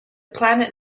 planet